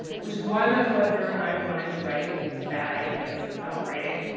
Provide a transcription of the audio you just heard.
which is why my co-editor and i wanted to write bad ideas about writing.